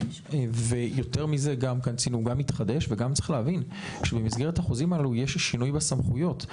גם צריך להבין שבמסגרת החוזים הללו יש שינוי בסמכויות.